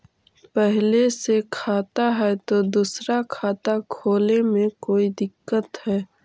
पहले से खाता है तो दूसरा खाता खोले में कोई दिक्कत है?